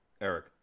Eric